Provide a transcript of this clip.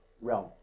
realm